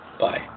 Bye